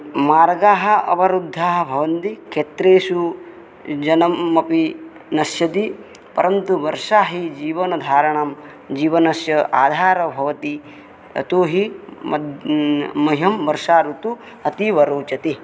मार्गाः अवरुद्धाः भवन्ति क्षेत्रेषु जलमपि नश्यति परन्तु वर्षा हि जीवनधारणं जीवनस्य आधारः भवति यतोहि मध् मह्यं वर्षा ऋतुः अतीव रोचते